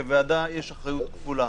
כוועדה, יש אחריות כפולה.